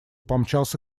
помчался